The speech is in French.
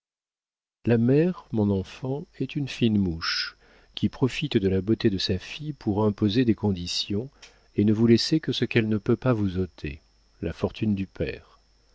la mère mon enfant est une fine mouche qui profite de la beauté de sa fille pour imposer des conditions et ne vous laisser que ce qu'elle ne peut pas vous ôter la fortune du père